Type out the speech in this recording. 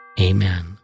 Amen